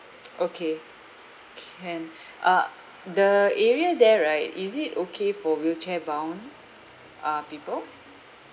okay can uh the area there right is it okay for wheelchair bound uh people